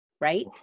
right